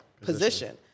Position